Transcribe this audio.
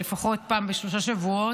לפחות אחת לשלושה שבועות,